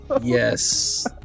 Yes